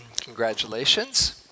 Congratulations